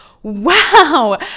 wow